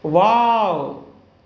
wow